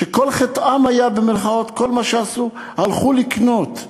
שכל "חטאם", כל מה שעשו, היה שהלכו לקנות,